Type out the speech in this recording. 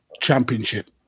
championship